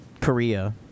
Korea